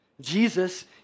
Jesus